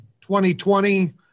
2020